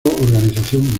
organización